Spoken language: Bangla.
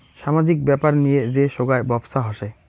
সামাজিক ব্যাপার নিয়ে যে সোগায় ব্যপছা হসে